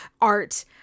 art